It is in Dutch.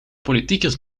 politiekers